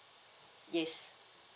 yes